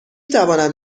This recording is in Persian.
توانم